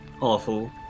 awful